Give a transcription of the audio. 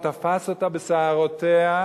הוא תפס אותה בשערותיה,